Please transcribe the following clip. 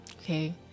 okay